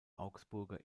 augsburger